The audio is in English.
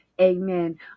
amen